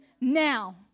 now